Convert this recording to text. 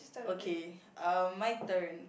okay uh my turn